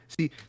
See